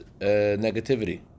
negativity